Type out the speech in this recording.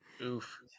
Oof